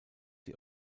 die